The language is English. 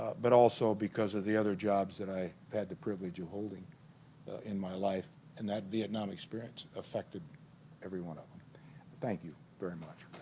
but also because of the other jobs that i had the privilege of holding in my life and that vietnam experience affected every one of them thank you very much